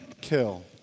kill